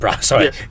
sorry